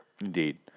Indeed